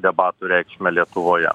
debatų reikšmę lietuvoje